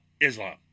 Islam